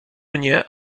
mnie